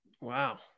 Wow